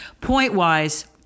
point-wise